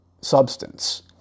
substance